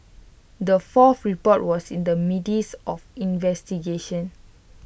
the fourth report was in the midst of investigations